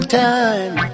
time